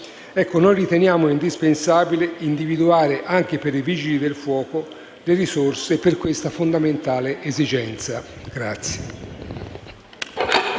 Noi riteniamo indispensabile individuare anche per i Vigili del fuoco le risorse per questa fondamentale esigenza.